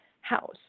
house